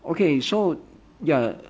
okay so ya